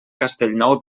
castellnou